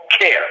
care